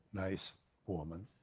nice woman.